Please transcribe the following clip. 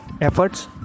efforts